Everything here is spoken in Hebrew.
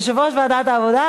יושב-ראש ועדת העבודה,